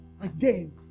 Again